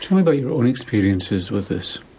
tell me about your own experiences with this.